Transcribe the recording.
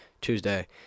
Tuesday